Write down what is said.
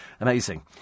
Amazing